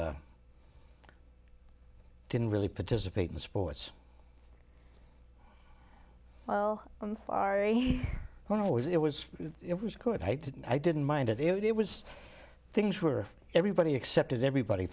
i didn't really participate in sports i'm sorry when i was it was it was good i didn't i didn't mind it it was things were everybody accepted everybody